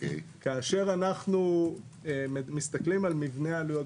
כאשר אנחנו מסתכלים על מבנה העלויות,